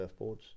Surfboards